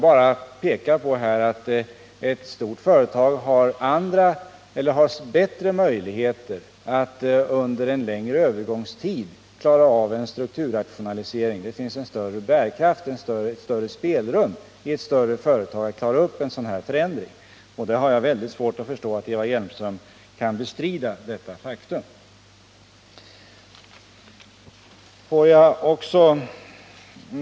Jag pekar där på att ett stort företag har större möjligheter att under en längre övergångstid klara av en strukturrationalisering. Det finns inom ett större företag en större bärkraft och ett större spelrum när det gäller att klara upp en sådan här förändring. Jag har väldigt svårt att förstå att Eva Hjelmström skulle kunna bestrida detta faktum.